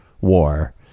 War